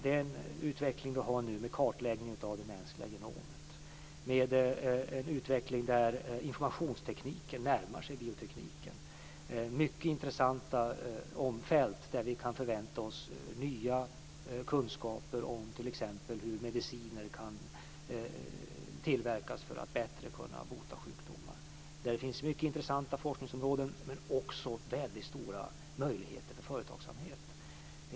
Den utveckling som vi nu har, där det mänskliga genomet kartläggs och där informationstekniken närmar sig biotekniken, är mycket intressant. På dessa fält kan vi förvänta oss nya kunskaper t.ex. om hur mediciner kan tillverkas för att bättre kunna bota sjukdomar. Detta är mycket intressanta forskningsområden, som också ger väldigt stora möjligheter för företagsamhet.